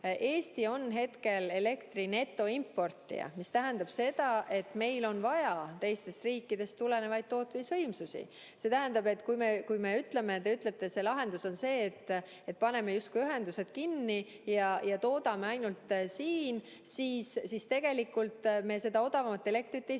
Eesti on hetkel elektri netoimportija, mis tähendab seda, et meil on vaja teiste riikide tootmisvõimsusi. See tähendab, et kui me ütleme ja te ütlete, et lahendus on see, et paneme justkui ühendused kinni ja toodame ainult siin, siis tegelikult me sel juhul odavamat elektrit ei